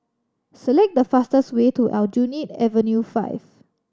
select the fastest way to Aljunied Avenue Five